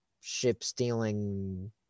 ship-stealing